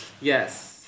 Yes